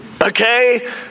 Okay